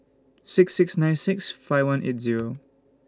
six six nine six five one eight Zero